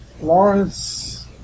Lawrence